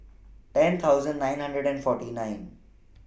ten thousand nine hundred and forty nine